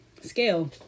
scale